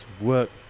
work